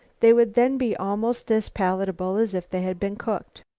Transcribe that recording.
they would then be almost as palatable as if they had been cooked.